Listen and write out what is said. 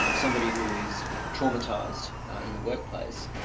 um somebody who is traumatised in the workplace,